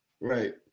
Right